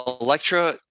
Electra